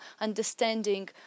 understanding